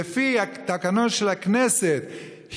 לפי התקנון של הכנסת,